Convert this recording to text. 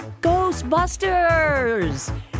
Ghostbusters